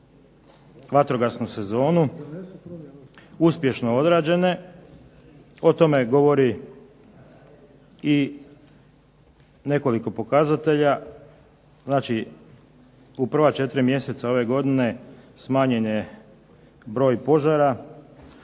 vatrogasnu sezonu uspješno odrađene. O tome govori i nekoliko pokazatelja. Znači, u prva 4 mjeseca ove godine smanjen je broj požara